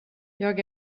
jag